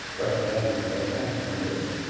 recognizing that i can't amend this,